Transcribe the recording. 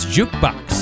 Jukebox